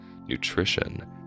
nutrition